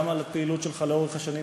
גם על הפעילות שלך לאורך השנים.